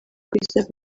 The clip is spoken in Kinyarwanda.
kwiza